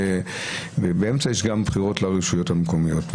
באמצע יש גם בחירות לרשויות המקומיות.